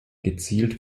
gezielt